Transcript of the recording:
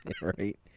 right